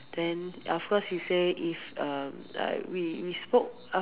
then of course he say if uh I we we spoke